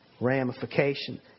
ramification